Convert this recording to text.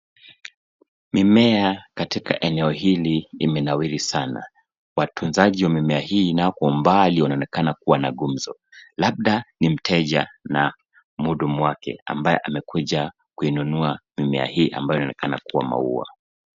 Mimea katika eneo hili imenawiri sana watunzaji wa mimea hii nao kwa mbali wanaonekana wanagumzo labda ni mteja na muhudumu wake ambaye amekuja kuinunua mimea hii ambayo inaonekana kuwa maua.